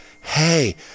Hey